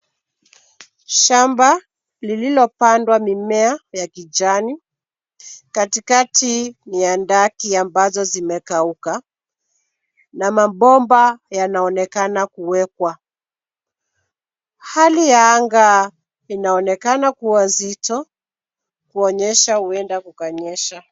Shamba lililopandwa mimea ya kijani. Katikati ni handaki ambazo zimekauka na mabomba yanaonekana kuwekwa. Hali ya anga inaonekana kuwa zito, kuonyesha huenda kukanyesha.